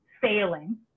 failing